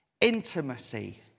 intimacy